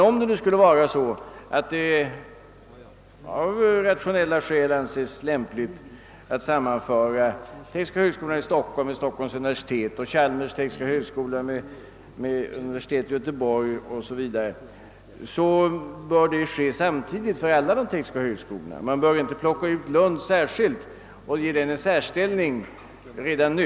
Om det emellertid nu av rationaliseringsskäl skulle anses lämpligt att sammanföra tekniska högskolan i Stockholm med Stockholms universitet och Chalmers tekniska högskola med universitetet i Göteborg 0. s. v., bör detta sammanförande företagas samtidigt för alla de tekniska högskolorna. Man bör inte plocka ut tekniska högskolan i Lund och ge denna en särställning redan nu.